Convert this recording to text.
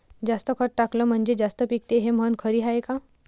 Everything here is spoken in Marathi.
जास्त खत टाकलं म्हनजे जास्त पिकते हे म्हन खरी हाये का?